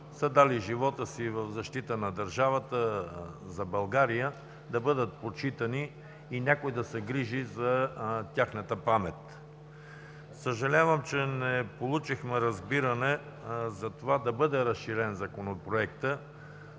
са дали живота си в защита на държавата, за България, да бъдат почитани и някой да се грижи за тяхната памет. Съжалявам, че не получихме разбиране за това да бъде разширен Законопроектът,